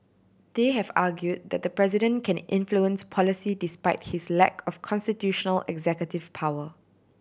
they have argued that the president can influence policy despite his lack of constitutional executive power